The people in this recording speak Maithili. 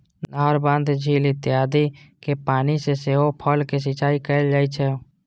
नहर, बांध, झील इत्यादिक पानि सं सेहो फसलक सिंचाइ कैल जाइ छै